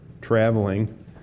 traveling